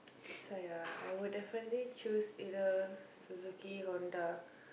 so ya I would definitely choose either Suzuki Honda